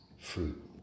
fruit